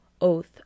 oath